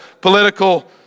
political